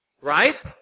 Right